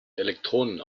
elektronen